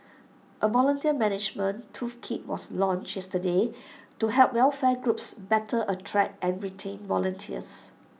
A volunteer management tools kit was launched yesterday to help welfare groups better attract and retain volunteers